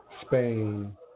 Spain